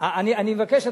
אני מבקש,